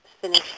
finish